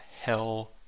hell